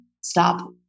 stop